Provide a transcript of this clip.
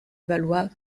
valois